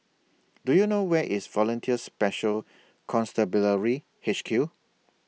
Do YOU know Where IS Volunteers Special Constabulary H Q